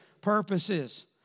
purposes